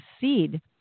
seed